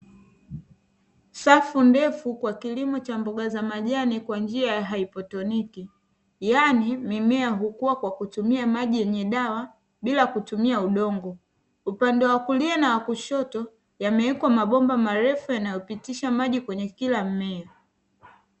Safu ndefu kwa kilimo cha mboga za majani kwa njia ya haidroponi. Yaani mimea hukua kwa kutumia maji yenye dawa bila kutumia udongo. Upande wa kulia na wa kushoto yameekwa mabomba marefu yanayopitisha maji kwa kila mmea.